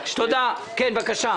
בבקשה.